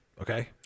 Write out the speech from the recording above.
Okay